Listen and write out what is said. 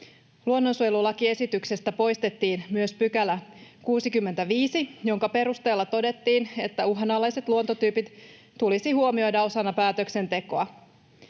Luonnonsuojelulakiesityksestä poistettiin myös 65 §, jonka perusteella todettiin, että uhanalaiset luontotyypit tulisi huomioida osana päätöksentekoa.